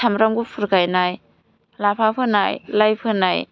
सामब्राम गुफुर गायनाय लाफा फोनाय लाइ फोनाय